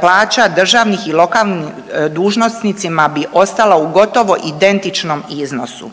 plaća državnih i lokalnim dužnosnicima bi ostala u gotovo identičnom iznosu.